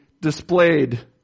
displayed